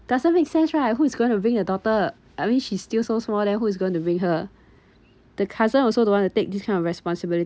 doesn't make sense right who is going to bring her daughter I mean she's still so small then who is going to bring her the cousin also don't want to take this kind of responsibility